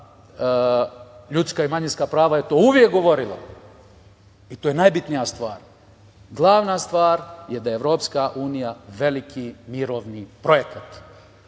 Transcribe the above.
ljudska i manjinska prava je to uvek govorila i to je najbitnija stvar, glavna stvar je da je EU veliki mirovni projekat.